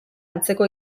antzeko